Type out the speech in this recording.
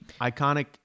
iconic